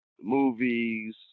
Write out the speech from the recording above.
Movies